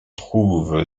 trouve